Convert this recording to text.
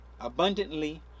abundantly